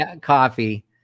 coffee